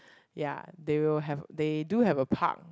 ya they will have they do have a park